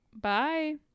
bye